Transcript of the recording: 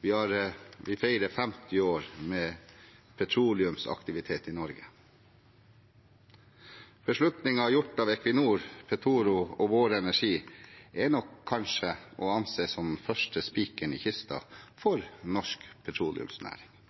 Vi feirer 50 år med petroleumsaktivitet i Norge. Beslutningen gjort av Equinor, Petoro og Vår Energi er nok kanskje å anse som første spikeren i kista for norsk petroleumsnæring